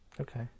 Okay